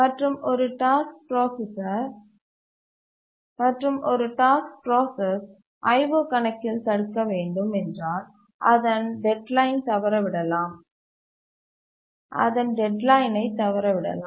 மற்றும் ஒரு task process IO கணக்கில் தடுக்க வேண்டும் என்றால் அதன் டெட்லைனை தவற விடலாம்